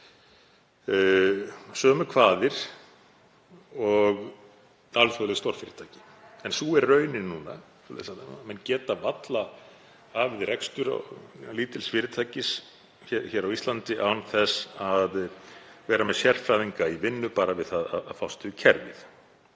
sömu kvaðir og alþjóðleg stórfyrirtæki. En sú er raunin núna að menn geta varla hafið rekstur lítils fyrirtækis á Íslandi án þess að vera með sérfræðinga í vinnu bara við það að fást við kerfið.